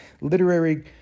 literary